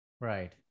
right